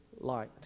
light